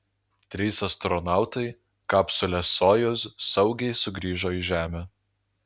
trys astronautai kapsule sojuz saugiai sugrįžo į žemę